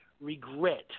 regret